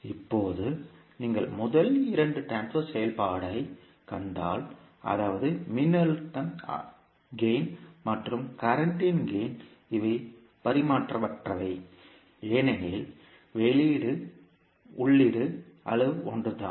இப்போது நீங்கள் முதல் இரண்டு ட்ரான்ஸ்பர் செயல்பாட்டைக் கண்டால் அதாவது மின்னழுத்த ஆதாயம் மற்றும் தற்போதைய ஆதாயம் இவை பரிமாணமற்றவை ஏனெனில் வெளியீடு உள்ளீட்டு அளவு ஒன்றுதான்